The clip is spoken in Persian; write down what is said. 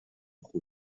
خطور